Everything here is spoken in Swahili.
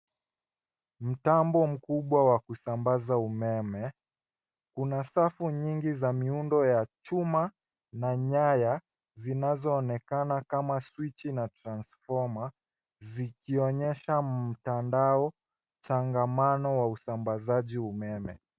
Mtambo mkubwa wa kusambaza umeme. Una safu nyingi za miundo ya chuma na nyaya zinazoonekana kama swichi na transfomer , zikionyesha mtandao changamano wa usambazaji umeme.